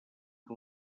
que